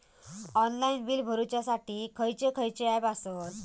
Online bill भरुच्यासाठी खयचे खयचे ऍप आसत?